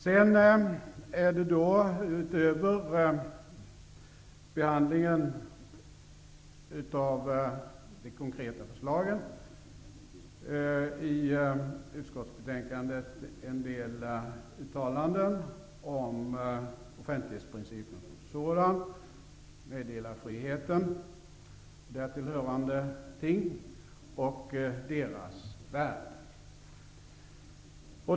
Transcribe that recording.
Sedan finns det, utöver behandlingen av de konkreta förslagen, i utskottsbetänkandet en del uttalanden om offentlighetsprincipen som sådan, meddelarfriheten, därtill hörande ting och deras värde.